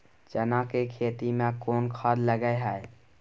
चना के खेती में कोन खाद लगे हैं?